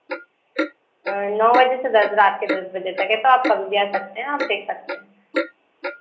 नौ बजे से दस रात के दस बजे तक है तो आप कभी भी आ सकते हैं आप देख सकते हैं